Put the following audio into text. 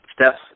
steps